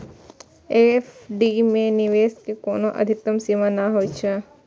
FD मे निवेश के कोनो अधिकतम सीमा नै होइ छै